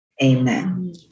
Amen